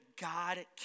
God